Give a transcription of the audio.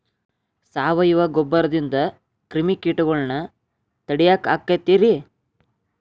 ಸಾವಯವ ಗೊಬ್ಬರದಿಂದ ಕ್ರಿಮಿಕೇಟಗೊಳ್ನ ತಡಿಯಾಕ ಆಕ್ಕೆತಿ ರೇ?